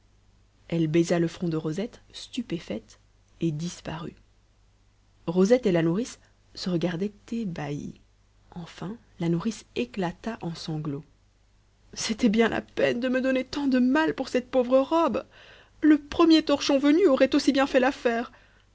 elle baisa le front de rosette stupéfaite et disparut rosette et la nourrice se regardaient ébahies enfin la nourrice éclata en sanglots c'était bien la peine de me donner tant de mal pour cette pauvre robe le premier torchon venu aurait aussi bien fait l'affaire